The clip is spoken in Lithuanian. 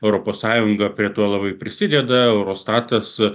europos sąjunga prie to labai prisideda eurostatas